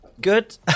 good